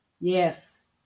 yes